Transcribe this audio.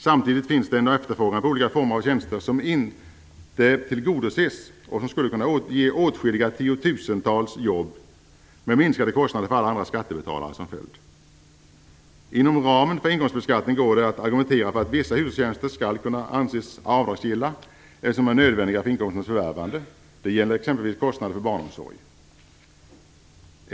Samtidigt finns det en efterfrågan på olika former av tjänster som inte tillgodoses och som skulle kunna ge åtskilliga tiotusentals jobb, med minskade kostnader för alla andra skattebetalare som följd. Inom ramen för engångsbeskattning går det att argumentera för att vissa hushållstjänster skall kunna anses avdragsgilla eftersom de är nödvändiga för inkomstens förvärvande. Det gäller exempelvis kostnader för barnomsorg.